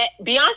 Beyonce